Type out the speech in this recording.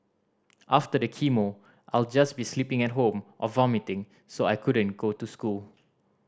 after the chemo I'll just be sleeping at home or vomiting so I couldn't go to school